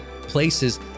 places